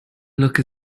look